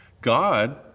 God